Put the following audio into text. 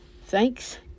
Thanks